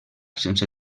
sense